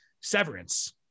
Severance